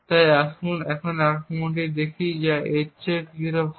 তাই আসুন একটি আক্রমণ দেখি যা এর চেয়ে কিছুটা ভাল